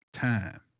Time